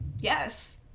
yes